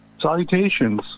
Salutations